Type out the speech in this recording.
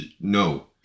No